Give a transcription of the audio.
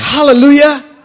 Hallelujah